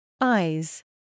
Eyes